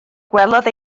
gwelodd